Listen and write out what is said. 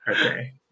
Okay